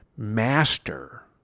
master